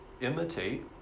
imitate